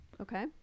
Okay